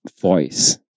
voice